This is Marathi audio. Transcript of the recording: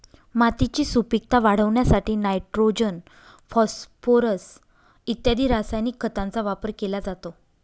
मातीची सुपीकता वाढवण्यासाठी नायट्रोजन, फॉस्फोरस इत्यादी रासायनिक खतांचा वापर केला जातो